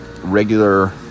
regular